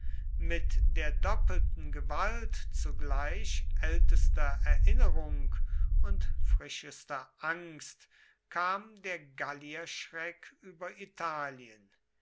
mit der doppelten gewalt zugleich ältester erinnerung und frischester angst kam der gallierschreck über italien